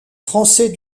français